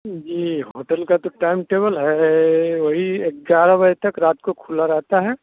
जी hotel का तो time table है वही ग्यारह बजे तक रात को खुला रहती है